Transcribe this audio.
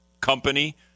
company